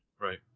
Right